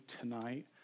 tonight